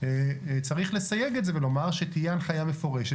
צריך לסייג את זה ולומר שתהיה הנחיה מפורשת